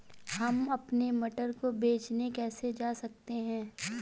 हम अपने मटर को बेचने कैसे जा सकते हैं?